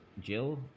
Jill